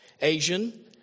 Asian